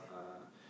uh